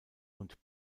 und